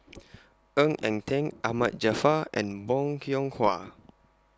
Ng Eng Teng Ahmad Jaafar and Bong Hiong Hwa